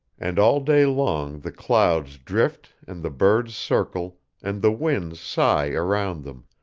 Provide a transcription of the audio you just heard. and all day long the clouds drift and the birds circle and the winds sigh around them,